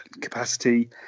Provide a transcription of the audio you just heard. capacity